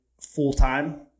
full-time